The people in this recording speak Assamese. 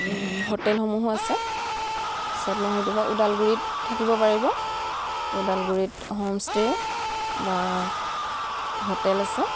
হোটেলসমূহো আছে তাৰ পিছত নহয়তো বা ওদালগুৰিত থাকিব পাৰিব ওদালগুৰিত হোমষ্টে বা হোটেল আছে